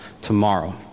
tomorrow